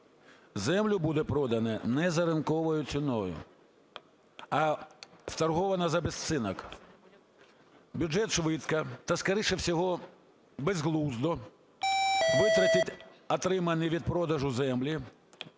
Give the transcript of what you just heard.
Землю буде продано не за ринковою ціною, а вторговане за безцінок. Бюджет швидко та, скоріше всього, безглуздо витратить отримані від продажу землі